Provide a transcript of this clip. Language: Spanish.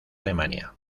alemania